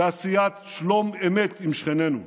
בעשיית שלום אמת עם שכנינו.